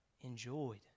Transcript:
Enjoyed